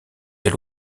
elle